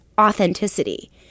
authenticity